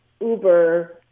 uber